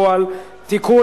(תיקון,